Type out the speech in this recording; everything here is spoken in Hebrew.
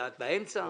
בדעת האמצע?